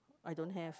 I don't have